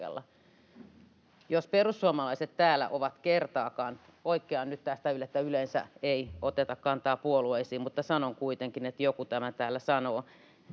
Jos perussuomalaiset täällä ovat kertaakaan... Poikkean nyt tästä, että yleensä ei oteta kantaa puolueisiin, mutta sanon kuitenkin, että joku tämän täällä sanoo: